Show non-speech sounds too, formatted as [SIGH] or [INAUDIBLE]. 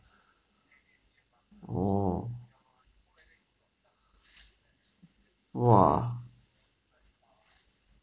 oh !wah! [BREATH]